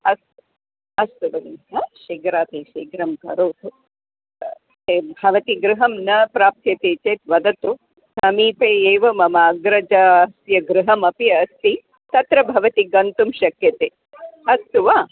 अस्तु अस्तु भगिनी अ शीघ्राति शीघ्रं करोतु भवती गृहं न प्राप्यते चेत् वदतु समीपे एव मम अग्रजस्य गृहमपि अस्ति तत्र भवती गन्तुं शक्यते अस्तु वा